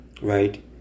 right